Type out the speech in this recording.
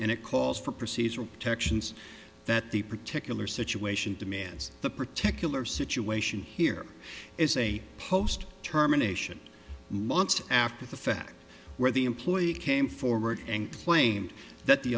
and it calls for procedural protections that the particular situation demands the particular situation here is a post terminations months after the fact where the employee came forward and claimed that the